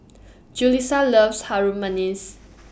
Julisa loves Harum Manis